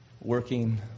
working